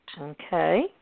Okay